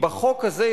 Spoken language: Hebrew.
החוק הזה,